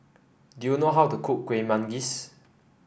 do you know how to cook Kuih Manggis